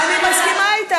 אני מסכימה איתך.